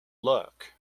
luck